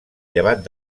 llevat